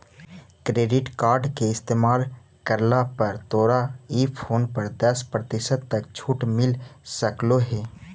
credit card के इस्तेमाल करला पर तोरा ई फोन पर दस प्रतिशत तक छूट मिल सकलों हे